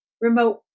remote